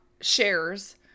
shares